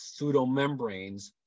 pseudomembranes